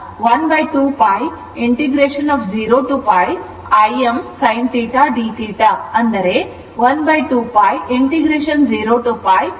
ಆದ್ದರಿಂದ 1 ಮೇಲೆ ಸರಾಸರಿ ಮೌಲ್ಯ 12π 0 to π Im sinθ dθ 12π 0 to π Im cosθ ಆಗಿರುತ್ತದೆ